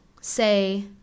say